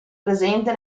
presente